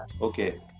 okay